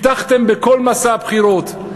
הבטחתם בכל מסע הבחירות,